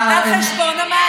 זה על חשבון המערכת.